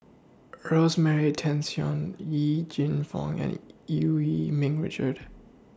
Rosemary Tessensohn Yee Jenn Fong and EU Yee Ming Richard